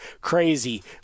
crazy